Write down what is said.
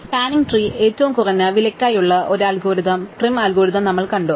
spanning tree ഏറ്റവും കുറഞ്ഞ വിലയ്ക്കായുള്ള ഒരു അൽഗോരിതം പ്രൈം അൽഗോരിതം ഞങ്ങൾ കണ്ടു